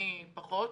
אני פחות.